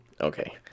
Okay